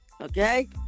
Okay